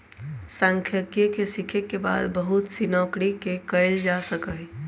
सांख्यिकी के सीखे के बाद बहुत सी नौकरि के कइल जा सका हई